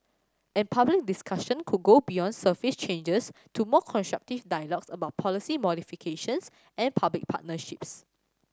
and public discussion could go beyond surface changes to more constructive dialogue about policy modifications and public partnerships